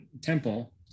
Temple